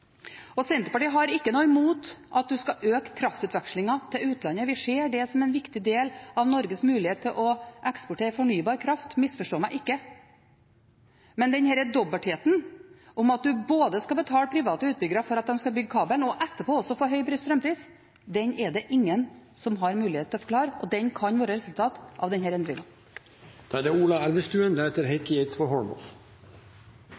Senterpartiet har ikke noe imot at en skal øke kraftutvekslingen til utlandet – vi ser det som en viktig del av Norges mulighet til å eksportere fornybar kraft, misforstå meg ikke – men denne dobbeltheten med at en både skal betale private utbyggere for at de skal bygge kabelen, og etterpå også få høy strømpris, er det ingen som har mulighet til å forklare, og den kan bli et resultat av denne endringen. I den